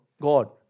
God